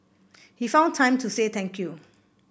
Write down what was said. he found time to say thank you